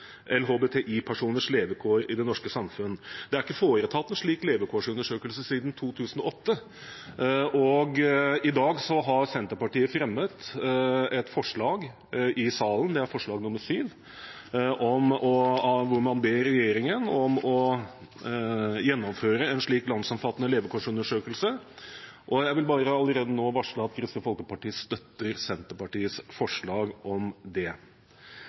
levekår i det norske samfunn. Det er ikke foretatt en slik levekårsundersøkelse siden 2008, og i dag har Senterpartiet fremmet et forslag i salen, forslag nr. 7, hvor man ber regjeringen om å gjennomføre en slik landsomfattende levekårsundersøkelse. Jeg vil allerede nå varsle at Kristelig Folkeparti støtter Senterpartiets forslag om det.